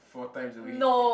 four times a week